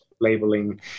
labeling